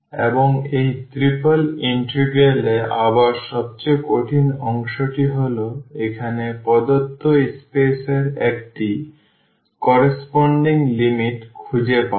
এবং এই triple integral এ আবার সবচেয়ে কঠিন অংশটি হল এখানে প্রদত্ত স্পেস এর সাথে সামঞ্জস্যপূর্ণ লিমিট খুঁজে পাওয়া